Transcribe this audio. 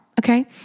Okay